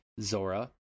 Zora